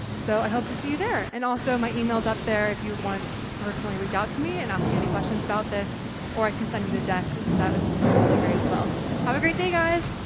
so i hope to see you there. and also my email is up there, if you want to just personally reach out to me and ask me any questions about this or i can send you the deck, that's totally great as well. have a great day guys.